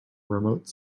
remote